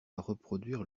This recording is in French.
reproduire